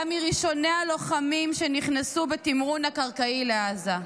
היה מראשוני הלוחמים שנכנסו בתמרון הקרקעי לעזה.